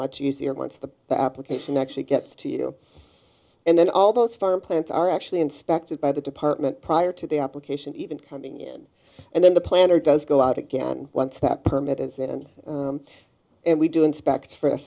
much easier once the application actually gets to you and then all those foreign plants are actually inspected by the department prior to the application even coming in and then the planner does go out again once that permit is then and we do inspect for a